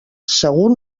segur